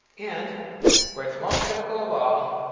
and where it's most critical of all